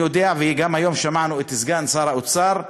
אני יודע, והיום גם שמענו את סגן שר האוצר,